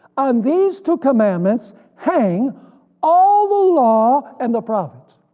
on these two commandments hang all the law and the prophets.